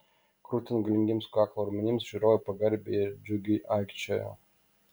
krutant galingiems kaklo raumenims žiūrovai pagarbiai ir džiugiai aikčiojo